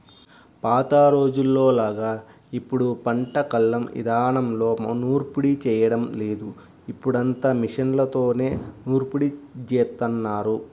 పాత రోజుల్లోలాగా ఇప్పుడు పంట కల్లం ఇదానంలో నూర్పిడి చేయడం లేదు, ఇప్పుడంతా మిషన్లతోనే నూర్పిడి జేత్తన్నారు